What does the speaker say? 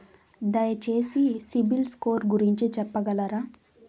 దయచేసి CIBIL score గురించి చెప్పగలరా?